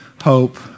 hope